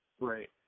Right